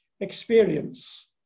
experience